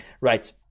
right